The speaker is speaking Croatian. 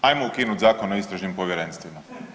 Hajmo ukinuti Zakon o istražnim povjerenstvima.